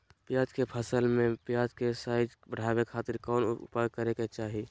प्याज के फसल में प्याज के साइज बढ़ावे खातिर कौन उपाय करे के चाही?